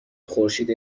خورشید